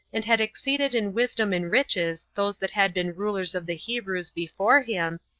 and had exceeded in wisdom and riches those that had been rulers of the hebrews before him,